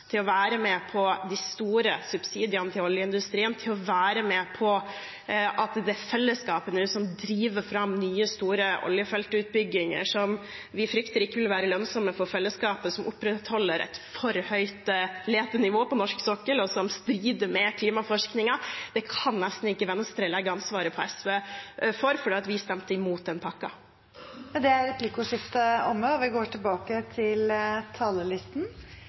til å være med på de store subsidiene til oljeindustrien, til å være med på at det er fellesskapet som nå driver fram nye, store oljefeltutbygginger, som vi frykter ikke vil være lønnsomme for fellesskapet, som opprettholder et for høyt letenivå på norsk sokkel, og som strider med klimaforskningen – det kan nesten ikke Venstre legge ansvaret på SV for, for vi stemte imot den pakken. Dermed er replikkordskiftet omme. Vi har et veldig vanskelig halvannet år med pandemi bak oss, en pandemi vi